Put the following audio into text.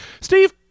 steve